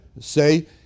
say